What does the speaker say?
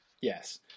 Yes